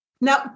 Now